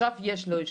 עכשיו יש לו אישור,